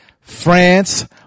france